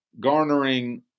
garnering